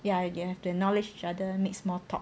ya you will have to acknowledge each other make small talk